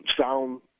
sound